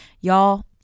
Y'all